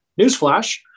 Newsflash